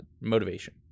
motivation